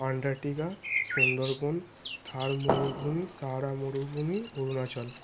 Antarctica Sundarbans Thar মরুভূমি Sahara মরুভূমি অরুণাচল